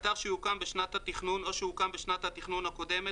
אתר שיוקם בשנת התכנון או שהוקם בשנת התכנון הקודמת,